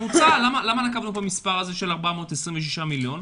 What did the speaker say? למה לקחנו את המספר של 426 מיליון?